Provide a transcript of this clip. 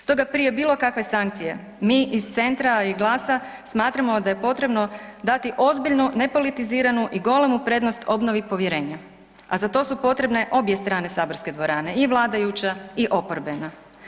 Stoga prije bilo kakve sankcije mi iz Centra i GLAS-a smatramo da je potrebno dati ozbiljnu, nepolitiziranu i golemu prednost obnovi povjerenja, a za to su potrebne obje strane saborske dvorane i vladajuća i oporbena.